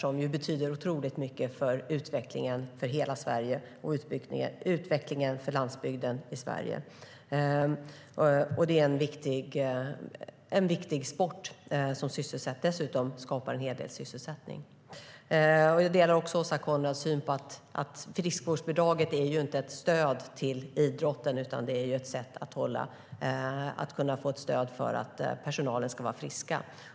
Det betyder oerhört mycket för utvecklingen av landsbygden och av hela landet. Dessutom skapar det en hel del sysselsättning. Jag delar också Åsa Coenraads syn att friskvårdsbidraget inte är ett stöd till idrotten utan ett stöd för att personalen ska vara frisk.